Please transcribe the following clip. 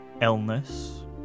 Illness